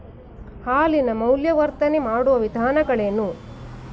ಹಾಲಿನ ಮೌಲ್ಯವರ್ಧನೆ ಮಾಡುವ ವಿಧಾನಗಳೇನು?